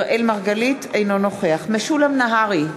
אינו נוכח משולם נהרי,